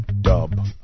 dub